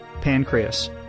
pancreas